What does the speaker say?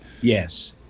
Yes